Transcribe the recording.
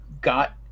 Got